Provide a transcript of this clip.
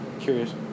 Curious